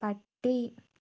പട്ടി